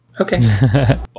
Okay